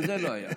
גם זה לא היה.